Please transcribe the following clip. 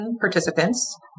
participants